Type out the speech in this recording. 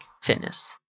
Fitness